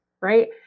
right